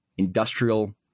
industrial